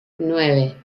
nueve